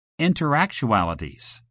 interactualities